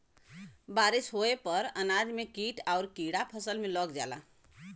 बारिस होये पर अनाज में कीट आउर कीड़ा फसल में लग जाला